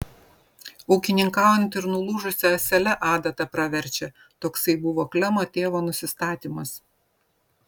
ūkininkaujant ir nulūžusia ąsele adata praverčia toksai buvo klemo tėvo nusistatymas